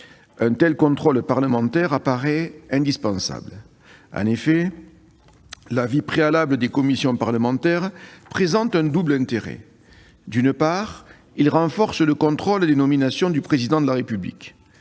Un tel contrôle parlementaire apparaît indispensable. En effet, l'avis préalable des commissions parlementaires présente un double intérêt. D'une part, il renforce le contrôle des nominations par le Président de la République